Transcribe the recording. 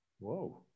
Whoa